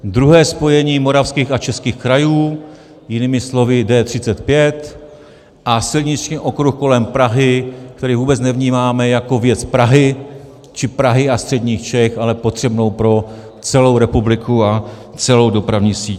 Druhé spojení moravských a českých krajů, jinými slovy D35, a silniční okruh kolem Prahy, který vůbec nevnímáme jako věc Prahy či Prahy a středních Čech, ale potřebnou pro celou republiku a celou dopravní síť.